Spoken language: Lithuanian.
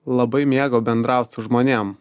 labai mėgo bendraut su žmonėm